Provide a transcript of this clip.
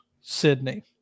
Sydney